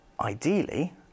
ideally